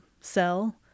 sell